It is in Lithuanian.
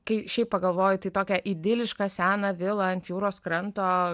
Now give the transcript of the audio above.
kai šiaip pagalvoji tokia idiliška seną vilą ant jūros kranto